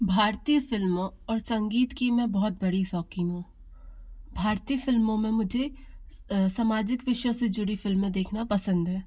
भारतीय फ़िल्मों और संगीत की मैं बहुत बड़ी शौकीन हूँ भारतीय फ़िल्मों में मुझे समाजिक विषय से जुड़ी फ़िल्में देखना पसंद है